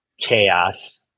chaos